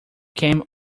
came